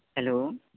hello